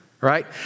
Right